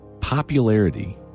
popularity